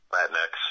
Latinx